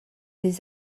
des